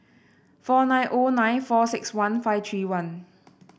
four nine O nine four six one five three one